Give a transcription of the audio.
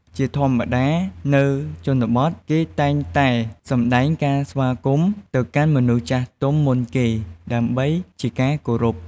ជាធម្មតា នៅជនបទ គេតែងតែសម្ដែងការស្វាគមន៍ ទៅកាន់មនុស្សចាស់ទុំមុនគេ ដើម្បីជាការគោរព។